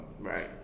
Right